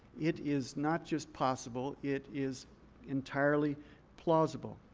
it is not just possible. it is entirely plausible.